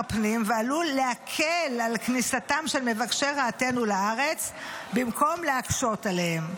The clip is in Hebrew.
הפנים ועלול להקל על כניסתם של מבקשי רעתנו לארץ במקום להקשות עליהם.